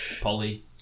Polly